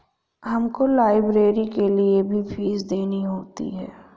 हमको लाइब्रेरी के लिए भी फीस देनी होती है